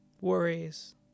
worries